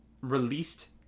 released